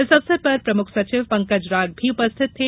इस अवसर पर प्रमुख सचिव पंकज राग भी उपस्थित थे